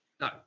No